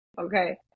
Okay